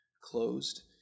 closed